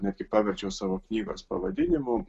netgi paverčiau savo knygos pavadinimu